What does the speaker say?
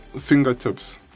fingertips